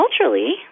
Culturally